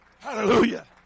Hallelujah